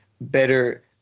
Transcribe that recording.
better